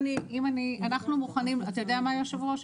מה, היושב-ראש?